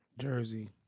Jersey